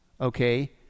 okay